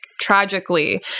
tragically